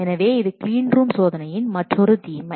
எனவே இது கிளீன்ரூம் சோதனையின் மற்றொரு தீமை